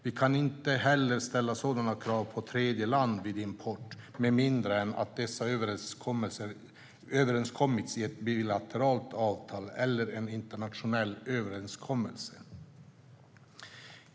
Vi kan inte heller ställa sådana krav på tredjeland vid import med mindre än att dessa överenskommits i ett bilateralt avtal eller en internationell överenskommelse.